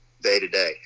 day-to-day